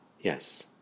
yes